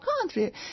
country